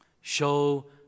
Show